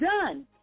done